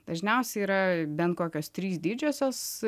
dažniausiai yra bent kokios trys didžiosios